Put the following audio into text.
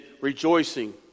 rejoicing